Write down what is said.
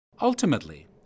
Ultimately